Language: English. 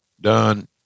done